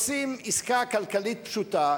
עושים עסקה כלכלית פשוטה,